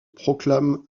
proclame